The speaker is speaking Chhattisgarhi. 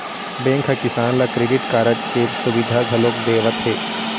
बेंक ह किसान ल क्रेडिट कारड के सुबिधा घलोक देवत हे